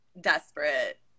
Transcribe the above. desperate